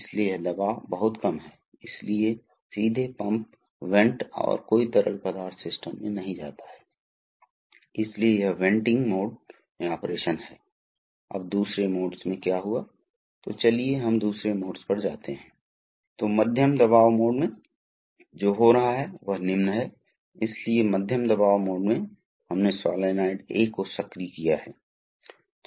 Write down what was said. लेकिन सबसे लोकप्रिय हाइड्रोलिक तरल पदार्थ पेट्रोलियम तेल है जो कि बहुत ही असंगत है इसमें स्व चिकनाई गुण है इसकी एक मात्र समस्या यह है कि यह आग के मामलों में कुछ हद तक खतरनाक हो जाता है इसलिए एक खामी है